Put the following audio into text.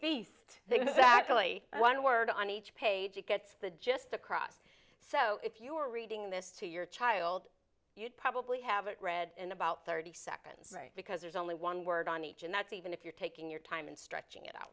beast exactly one word on each page it gets the just across so if you are reading this to your child you'd probably have it read in about thirty seconds because there's only one word on each and that's even if you're taking your time and stretching it out